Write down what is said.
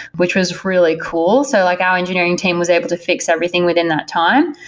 which was really cool. so like our engineering team was able to fix everything within that time,